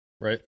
Right